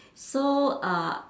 so uh